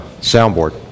soundboard